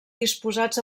disposats